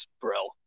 Brill